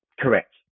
Correct